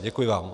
Děkuji vám.